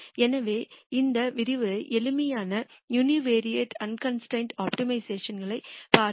எனவே இந்த விரிவுரை எளிமையான யூனிவரியட் அன்கன்ஸ்டிரெயின்டு ஆப்டிமைசேஷன் களைப் பார்த்தோம்